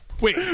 Wait